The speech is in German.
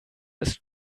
ist